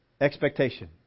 Expectation